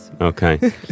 Okay